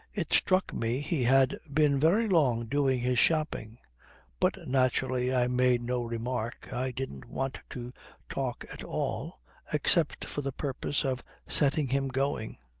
it struck me he had been very long doing his shopping but naturally i made no remark. i didn't want to talk at all except for the purpose of setting him going.